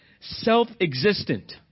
self-existent